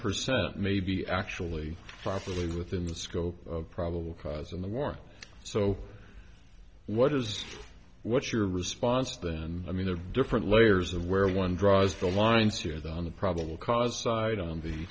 percent may be actually properly within the scope of probable cause in the war so what is what's your response then i mean a different layers of where one draws the line sooner than the probable cause side on the